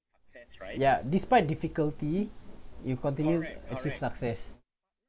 ya despite difficulty you continued achieve success